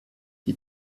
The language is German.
die